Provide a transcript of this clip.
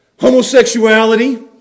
homosexuality